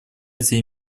азии